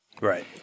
Right